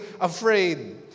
afraid